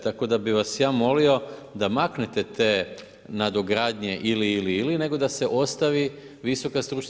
Tako da bih vas ja molio da maknete te nadogradnje ili, ili, ili, nego da se ostavi VSS.